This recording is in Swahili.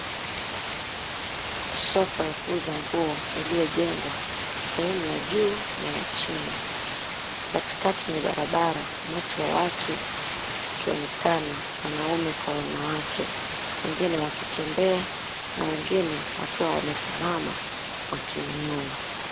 Soko ya kuuza nguo iliyojengwa sehemu ya juu na ya chini. Katikati ni barabara, umati wa watu ukionekana wanaume kwa wanawake. Wengine wakitembea na wengine wakiwa wamesimama wakinunua.